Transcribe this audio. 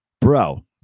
bro